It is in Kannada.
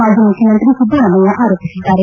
ಮಾಜಿ ಮುಖ್ಚಮಂತ್ರಿ ಸಿದ್ದರಾಮಯ್ಯ ಆರೋಪಿಸಿದ್ದಾರೆ